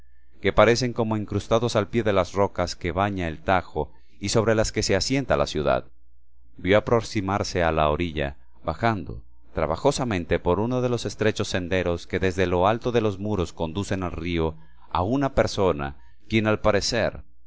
que parecen como incrustados al pie de las rocas que baña el tajo y sobre las que se asienta la ciudad vio aproximarse a la orilla bajando trabajosamente por uno de los estrechos senderos que desde lo alto de los muros conducen al río a una persona a quien al parecer